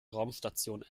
raumstation